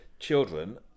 Children